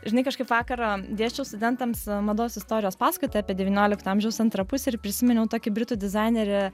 žinai kažkaip vakar dėsčiau studentams mados istorijos paskaitą apie devyniolikto amžiaus antrą pusę ir prisiminiau tokį britų dizainerį